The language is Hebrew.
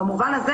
במובן הזה,